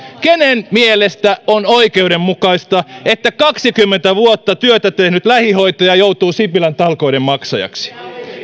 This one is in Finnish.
kenen mielestä on oikeudenmukaista että kaksikymmentä vuotta työtä tehnyt lähihoitaja joutuu sipilän talkoiden maksajaksi